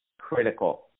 critical